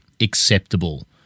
acceptable